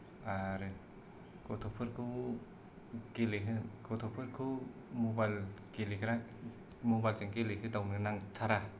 आरो गथ'फोरखौ गेलेहोनो गथ'फोरखौ मबाइल गेलेग्रा मबाइल जों गेलेहोदावनो नांथारा